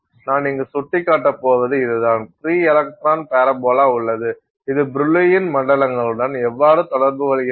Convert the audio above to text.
நான் இங்கு சுட்டிக்காட்டப் போவது இதுதான் பிரீ எலக்ட்ரான் பரபோலா உள்ளது இது பிரில்லூயின் மண்டலங்களுடன் எவ்வாறு தொடர்பு கொள்கிறது